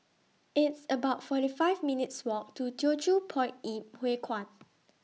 It's about forty five minutes' Walk to Teochew Poit Ip Huay Kuan